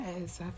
yes